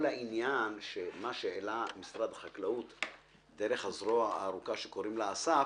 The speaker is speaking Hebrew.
כל העניין של מה שהעלה משרד החקלאות דרך הזרוע הארוכה שקוראים לה אסף,